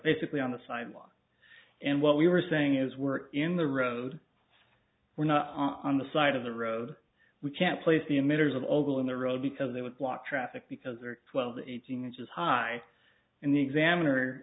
basically on the sidewalk and what we were saying is we're in the road we're not on the side of the road we can't place the emitters of oval in the road because they would block traffic because they're twelve to eighteen inches high and the examiner